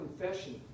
confession